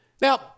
Now